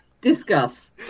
Discuss